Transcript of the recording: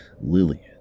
Lillian